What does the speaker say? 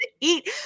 eat